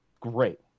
great